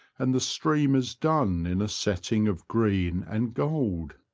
and the stream is done in a setting of green and gold.